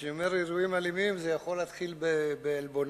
כשאני אומר "אירועים אלימים" זה יכול להתחיל בעלבונות,